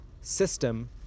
system